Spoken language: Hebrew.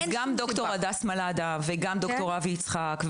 אז גם דוקטור הדס מלאדה וגם דוקטור אבי יצחק.